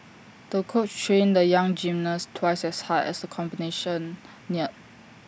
the coach trained the young gymnast twice as hard as the competition neared